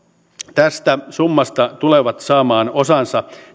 tästä summasta tulevat saamaan osansa